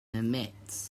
emits